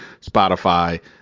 Spotify